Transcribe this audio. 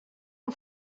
amb